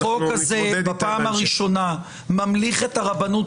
-- שהחוק הזה בפעם הראשונה ממליך את הרבנות